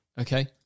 Okay